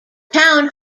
town